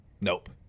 Nope